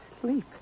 Sleep